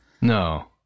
No